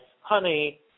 honey